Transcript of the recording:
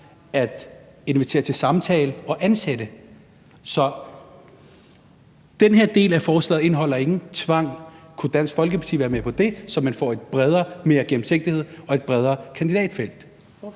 at invitere til samtale og ansætte. Så den her del af forslaget indeholder ingen tvang. Kunne Dansk Folkeparti være med på det, så man får mere gennemsigtighed og et bredere kandidatfelt?